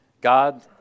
God